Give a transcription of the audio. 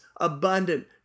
abundant